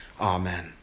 Amen